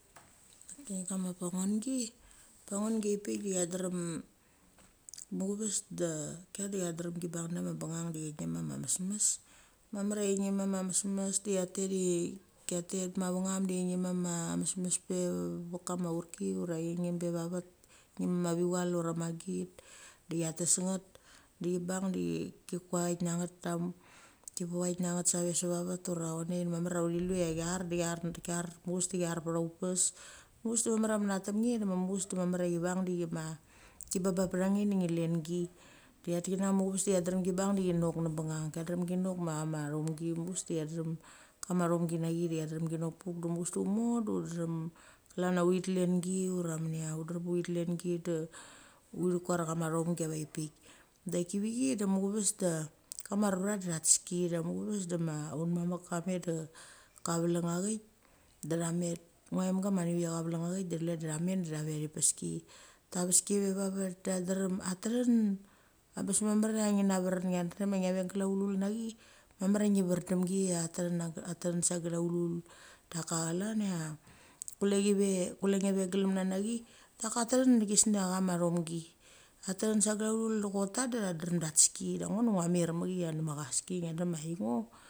Kama panungi, panungi a vik pik da cha drem muchaves da kar chadrem ibang nave ma bangng de chiem a ma mesmes. Mamar cha chiem da cha tet, cha tet mavung em pe vek kama aruki ura chiem be vavet, kingum a ma vival ura ma git de cha tes nget i bang save vavet ura chonek marmar uthilu cha char, muchaves da char pe utpes. Muchaves da mamar cha mentam nge de chi babap pecha nge de ngi lengi. De cha tikina muchaves da cha drem chi bang i noke ng bangng cha drem chi noke ma thomgi cha drem chi noke puk de muchaves de ut mo de drem, klan cha uthi dlengi ura menicha udrem uthi dlengi da uthi kur tha a ma thomgi avapik. Da kivik de mochaves da kama nurtha mochaves da ma aut mamek ka met da kavalung a thit da cha met ngothemda ma leo cha valung athik da chule da cha met da thave thi peski. Kaves ki vavet dadrem atethin, abes marmar cha ngia verin ngia drem cha thet dkaula na chi mamar cha ngi verin demgi cha thethin sa glaulu. Daka chlan kule thi ve kule nge ve glemna nachi daka tethin ma chesngia cha ma thomgi. A tethin sa glaulu da chok ta da tha drem drem tha tes ki, da ngo da ngomer mechi cha ngim da chaski ngia drem cha i ngo.